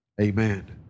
Amen